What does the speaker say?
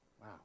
Wow